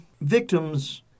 victims